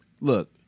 Look